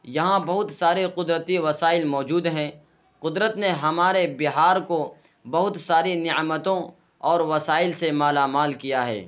یہاں بہت سارے قدرتی وسائل موجود ہیں قدرت نے ہمارے بہار کو بہت ساری نعمتوں اور وسائل سے مالا مال کیا ہے